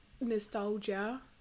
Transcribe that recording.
nostalgia